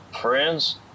friends